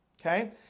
okay